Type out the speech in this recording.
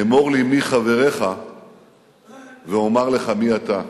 אמור לי מי חבריך ואומר לך מי אתה.